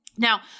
Now